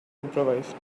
improvised